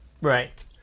Right